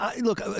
look